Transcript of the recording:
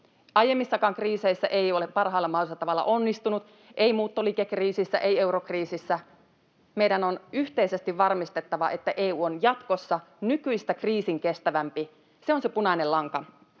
Aiemmissakaan kriiseissä ei ole parhaalla mahdollisella tavalla onnistuttu, ei muuttoliikekriisissä, ei eurokriisissä. Meidän on yhteisesti varmistettava, että EU on jatkossa nykyistä kriisinkestävämpi. Se on se punainen lanka,